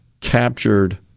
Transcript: captured